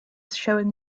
showing